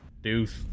Deuce